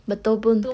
betul pun